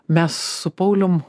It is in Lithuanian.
mes su paulium